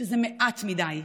שזה מעט מדי,